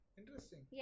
interesting